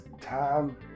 time